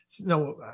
no